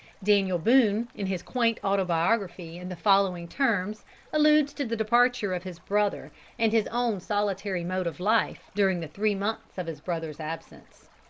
daniel boone, in his quaint autobiography, in the following terms alludes to the departure of his brother and his own solitary mode of life during the three months of his brother's absence